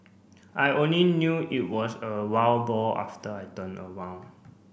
I only knew it was a wild boar after I turned around